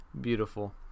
beautiful